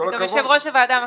יושב ראש הוועדה מקשיב.